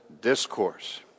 Discourse